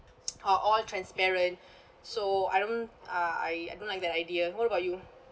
are all transparent so I don't uh I I don't like that idea what about you